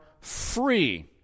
free